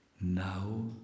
now